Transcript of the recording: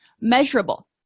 measurable